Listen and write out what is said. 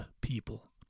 people